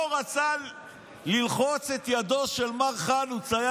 לא רצה ללחוץ את ידו של מר חלוץ,